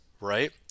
right